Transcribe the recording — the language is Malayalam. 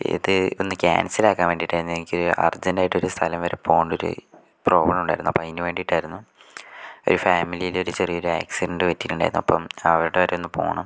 ഇത് ഒന്ന് ക്യാൻസൽ ആക്കാൻ വേണ്ടിയിട്ടായിരുന്നു എനിക്ക് ഒരു അർജന്റായിട്ട് ഒരു സ്ഥലം വരെ പോകേണ്ടൊരു പ്രോബ്ളം ഉണ്ടായിരുന്നു അപ്പം അതിന് വേണ്ടിയിട്ടായിരുന്നു ഒരു ഫാമിലിയിൽ ഒരു ചെറിയ ഒരു ആക്സിഡന്റ് പറ്റിയിട്ടുണ്ടായിരുന്നു അപ്പം അവിടെ വരെ ഒന്ന് പോകണം